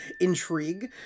intrigue